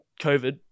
COVID